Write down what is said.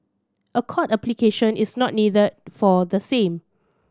a court application is not needed for the same